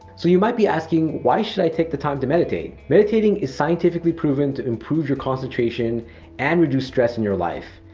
so, you might be asking, why should i take the time to meditate? meditating is scientifically proven to improve your concentration and reduce stress in your life.